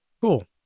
Cool